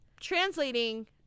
translating